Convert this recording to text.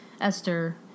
Esther